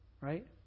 right